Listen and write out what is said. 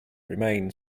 remain